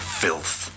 filth